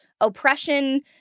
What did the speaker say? oppression